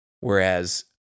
Whereas